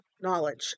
knowledge